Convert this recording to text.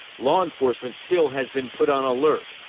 law enforcement still has been put on alert.